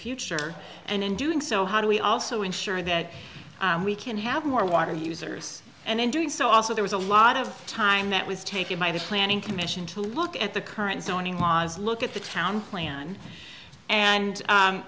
future and in doing so how do we also ensure that we can have more water users and in doing so also there was a lot of time that was taken by the planning commission to look at the current zoning laws look at the town plan and